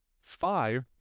Five